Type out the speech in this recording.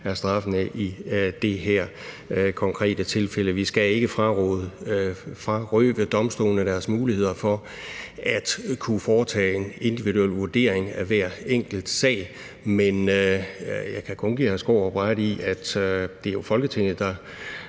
straffene er i det her konkrete tilfælde. Vi skal ikke frarøve domstolene deres muligheder for at kunne foretage en individuel vurdering af hver enkelt sag. Men jeg kan kun give hr. Peter Skaarup ret i, at det er Folketinget, der